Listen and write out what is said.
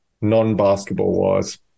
non-basketball-wise